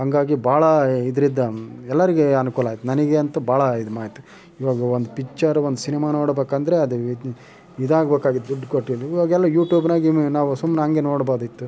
ಹಂಗಾಗಿ ಭಾಳ ಇದ್ರಿಂದ ಎಲ್ಲರಿಗೆ ಅನುಕೂಲ ಆಯ್ತು ನನಗೆ ಅಂತೂ ಭಾಳ ಇದಾಯ್ತು ಇವಾಗ ಒಂದು ಪಿಚ್ಚರ್ ಒಂದು ಸಿನೆಮಾ ನೋಡಬೇಕೆಂದ್ರೆ ಅದು ಇದು ಇದಾಗಬೇಕಾಗಿತ್ತು ದುಡ್ಡು ಕೊಟ್ಟು ಇವಾಗೆಲ್ಲ ಯೂಟ್ಯೂಬ್ದಾಗೆ ಇಮ ನಾವು ಸುಮ್ಮನೆ ಹಂಗೆ ನೋಡ್ಬೋದಿತ್ತು